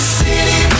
city